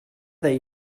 they